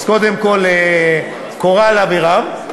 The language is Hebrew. אז קודם כול לקורל אבירם,